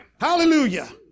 Hallelujah